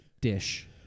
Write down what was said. dish